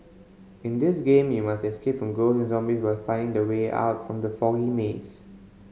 in this game you must escape from ghost and zombies while finding the way out from the foggy maze